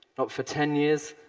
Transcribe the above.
not for ten years,